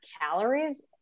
calories